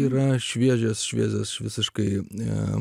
yra šviežias šviesus visiškai ne